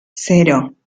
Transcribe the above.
cero